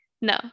No